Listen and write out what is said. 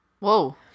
Whoa